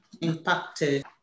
impacted